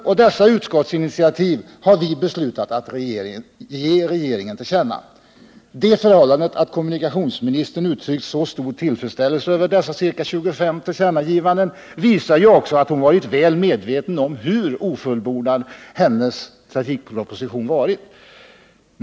Och dessa utskottsinitiativ har vi beslutat föreslå riksdagen att ge regeringen till känna. Det förhållandet att kommunikationsministern uttryckt så stor tillfredsställelse över dessa ca 25 tillkännagivanden visar ju också att hon varit väl medveten om hur ofullbordad hennes trafikproposition varit.